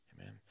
Amen